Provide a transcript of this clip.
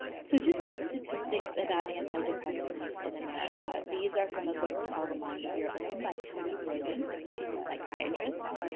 so just some statistics about antidepressant use in america. these are from a book called a mind of your own by kelly brogan, she's a psychiatrist.